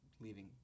leaving